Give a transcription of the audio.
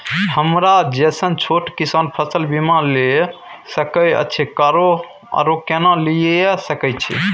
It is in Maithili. हमरा जैसन छोट किसान फसल बीमा ले सके अछि आरो केना लिए सके छी?